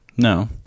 No